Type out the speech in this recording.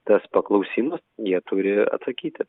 tas paklausima jie turi atsakyti